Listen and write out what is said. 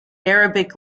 arabic